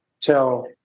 tell